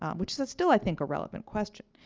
um which is still, i think, a relevant question.